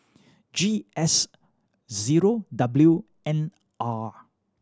G S zero W N R